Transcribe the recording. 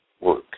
work